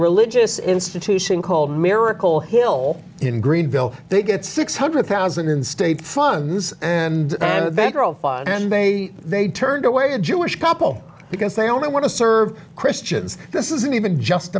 religious institution called miracle hill in greenville they get six hundred thousand in state funds and then they they turned away a jewish couple because they only want to serve christians this isn't even just